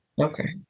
Okay